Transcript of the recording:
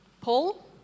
Paul